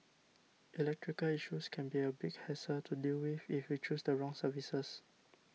electrical issues can be a big hassle to deal with if you choose the wrong services